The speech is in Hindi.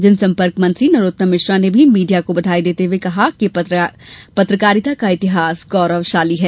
जनसंपर्क मंत्री नरोत्तम मिश्र ने भी मीडिया को बधाई देते हए कहा कि पत्रकारिता का इतिहास गौरवशाली है